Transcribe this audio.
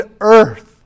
earth